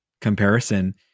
comparison